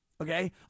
Okay